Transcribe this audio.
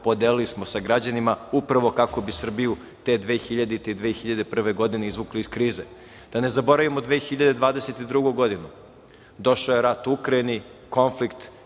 podelili smo sa građanima upravo kako bi Srbiju te 2000. i 2001. godine izvukli iz krize. Da ne zaboravimo 2022. godinu došao je rat u Ukrajini, konflikt